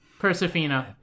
persephina